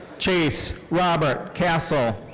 chase robert kascel.